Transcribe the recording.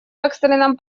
экстренном